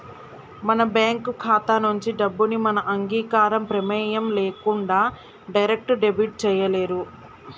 మన బ్యేంకు ఖాతా నుంచి డబ్బుని మన అంగీకారం, ప్రెమేయం లేకుండా డైరెక్ట్ డెబిట్ చేయలేరు